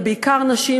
ובעיקר נשים,